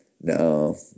No